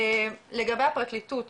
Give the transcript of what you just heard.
לגבי הפרקליטות